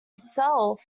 itself